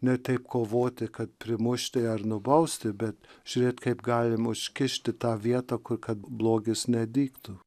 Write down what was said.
ne taip kovoti kad primušti ar nubausti bet žiūrėt kaip galima užkišti tą vietą kur kad blogis nedygtų